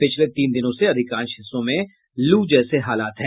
पिछले तीन दिनों से अधिकांश हिस्सों में लू जैसे हालात हैं